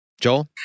Joel